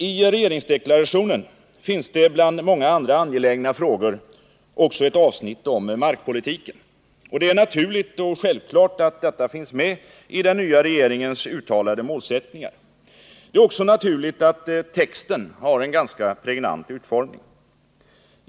I regeringsdeklarationen finns det bland många angelägna frågor ett avsnitt om markpolitiken. Det är naturligt och självklart att detta finns med i den nya regeringens uttalade målsättningar. Och det är bra att texten har en ganska pregnant utformning.